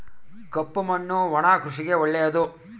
ಕಪ್ಪು ಮಣ್ಣು ಒಣ ಕೃಷಿಗೆ ಒಳ್ಳೆಯದು